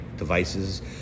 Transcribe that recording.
devices